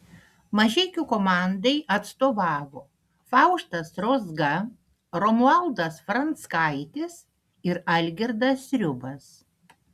mažeikių komandai atstovavo faustas rozga romualdas franckaitis ir algirdas sriubas